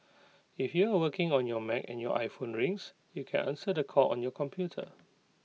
if you are working on your Mac and your iPhone rings you can answer the call on your computer